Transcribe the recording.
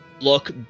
look